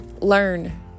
learn